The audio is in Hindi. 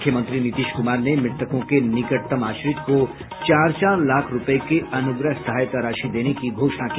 मुख्यमंत्री नीतीश कुमार ने मृतकों के निकटतम आश्रित को चार चार लाख रूपये के अनुग्रह सहायता राशि देने की घोषणा की